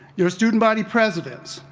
your student body presidents,